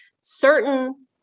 certain